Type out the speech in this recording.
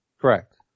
Correct